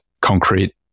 concrete